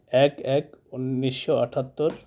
ᱮᱠ ᱮᱠ ᱩᱱᱱᱤᱥ ᱥᱚ ᱟᱴᱷᱟᱛᱛᱳᱨ